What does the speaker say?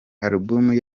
album